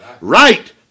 right